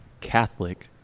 Catholic